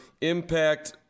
impact